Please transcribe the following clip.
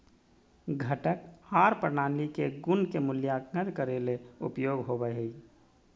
घटक आर प्रणाली के गुण के मूल्यांकन करे ले उपयोग होवई हई